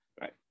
Right